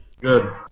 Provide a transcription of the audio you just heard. Good